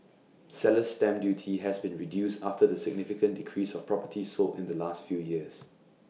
seller's stamp duty has been reduced after the significant decrease of properties sold in the last few years